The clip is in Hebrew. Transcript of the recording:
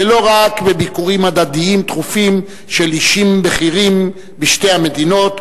ולא רק בביקורים הדדיים תכופים של אישים בכירים בשתי המדינות,